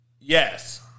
Yes